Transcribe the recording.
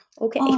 Okay